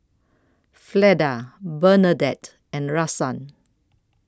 Fleda Bernadette and Rahsaan